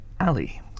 Ali